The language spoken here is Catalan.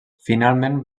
finalment